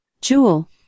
Jewel